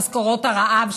משכורות הרעב,